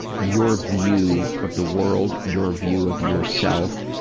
your view of the world, your view of yourself,